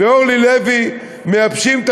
ומייבשים,